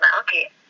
okay